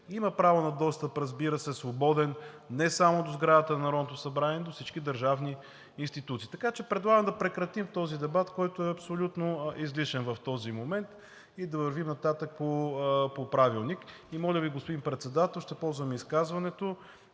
има право на достъп, разбира се, свободен – не само до сградата на Народното събрание, а и до всички държавни институции. Така че предлагам да прекратим този дебат, който е абсолютно излишен в този момент, и да вървим нататък по Правилник. И моля Ви, господин Председател, ще ползвам и изказването